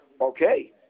okay